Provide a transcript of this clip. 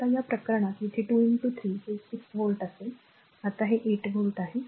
आता या प्रकरणात येथे 2 3 ते 6 व्होल्ट असेल आता हे 8 व्होल्ट आहे